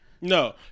no